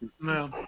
No